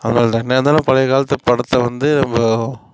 என்னயிருந்தாலும் பழைய காலத்து படத்தை வந்து நம்ம